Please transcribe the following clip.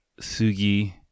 sugi